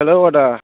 hello आदा